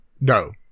no